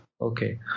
okay